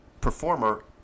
performer